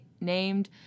named